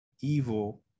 evil